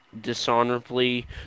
dishonorably